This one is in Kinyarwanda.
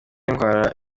indwara